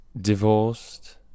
Divorced